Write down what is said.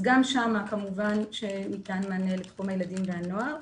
גם שם כמובן שניתן מענה לתחום הילדים והנוער.